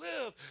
live